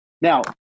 Now